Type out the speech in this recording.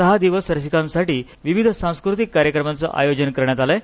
सहा दिवस रसिकांसाठी विविध सांस्कृतिक कार्यक्रमाच आयोजन करण्यात आलं आहे